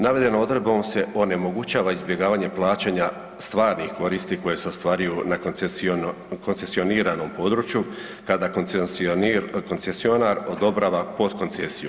Navedenom odredbom se onemogućava izbjegavanje plaćanja stvarnih koristi koje se ostvaruju na koncesioniranom području kada koncesionar odobrava potkoncesiju.